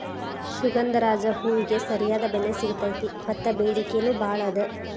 ಸುಗಂಧರಾಜ ಹೂವಿಗೆ ಸರಿಯಾದ ಬೆಲೆ ಸಿಗತೈತಿ ಮತ್ತ ಬೆಡಿಕೆ ನೂ ಬಾಳ ಅದ